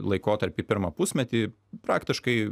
laikotarpį pirmą pusmetį praktiškai